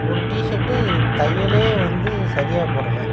ஒரு T shirt தையலே வந்து சரியாக போடலை